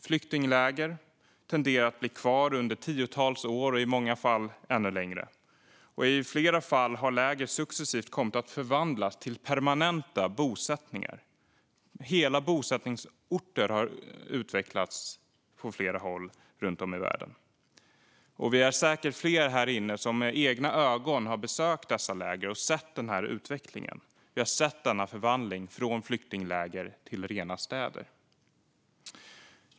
Flyktingläger tenderar att bli kvar under tiotals år och i många fall ännu längre, och i flera fall har läger successivt kommit att förvandlas till permanenta bosättningar. Hela bosättningsorter har utvecklats på många håll runt om i världen. Vi är säkert flera här inne som med egna ögon har besökt dessa läger och sett den här utvecklingen. Vi har sett denna förvandling från flyktingläger till rena städer.